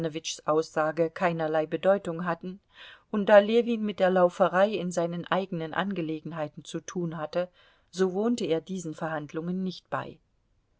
aussage keinerlei bedeutung hatten und da ljewin mit der lauferei in seinen eigenen angelegenheiten zu tun hatte so wohnte er diesen verhandlungen nicht bei